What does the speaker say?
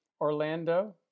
Orlando